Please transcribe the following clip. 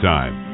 Time